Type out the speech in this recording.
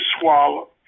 swallow